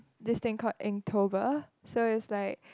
this thing called Inktober so it's like